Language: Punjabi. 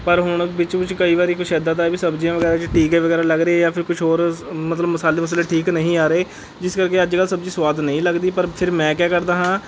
ਪਰ ਹੁਣ ਵਿੱਚ ਵਿੱਚ ਕਈ ਵਾਰੀ ਕੁਛ ਇੱਦਾਂ ਦਾ ਵੀ ਸਬਜ਼ੀਆਂ ਵਗੈਰਾ 'ਚ ਟੀਕੇ ਵਗੈਰਾ ਲੱਗ ਰਹੇ ਹੈ ਜਾਂ ਫਿਰ ਕੁਛ ਹੋਰ ਮਤਲਬ ਮਸਾਲੇ ਮਸੁਲੇ ਠੀਕ ਨਹੀਂ ਆ ਰਹੇ ਜਿਸ ਕਰਕੇ ਅੱਜਕੱਲ੍ਹ ਸਬਜ਼ੀ ਸਵਾਦ ਨਹੀਂ ਲੱਗਦੀ ਪਰ ਫਿਰ ਮੈਂ ਕਿਆ ਕਰਦਾ ਹਾਂ